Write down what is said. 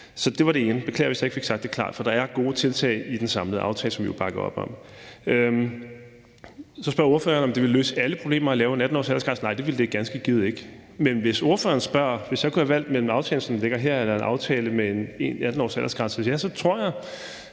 Det var det ene. Jeg beklager, hvis jeg ikke fik sagt det klart, for der er gode tiltag i den samlede aftale, som vi jo bakkede op om. Så spørger ordføreren, om det ville løse alle problemer at lave en 18-årsaldersgrænse. Nej, det ville det ganske givet ikke, men hvis ordføreren spørger om, at hvis jeg kunne have valgt mellem aftalen, som den ligger her, og en aftale med en 18-årsaldersgrænse, ja, så tror jeg,